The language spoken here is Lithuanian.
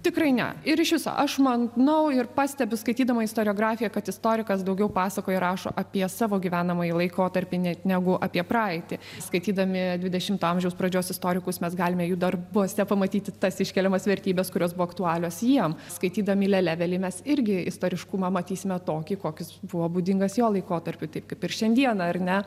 tikrai ne ir iš viso aš manau ir pastebiu skaitydama istoriografiją kad istorikas daugiau pasakoja rašo apie savo gyvenamąjį laikotarpį net negu apie praeitį skaitydami dvidešimto amžiaus pradžios istorikus mes galime jų darbuose pamatyti tas iškeliamas vertybes kurios buvo aktualios jiem skaitydami lelevelį mes irgi istoriškumą matysime tokį koks buvo būdingas jo laikotarpiu taip kaip ir šiandieną ar ne